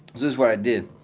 here's what i did.